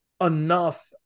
enough